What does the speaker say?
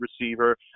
receiver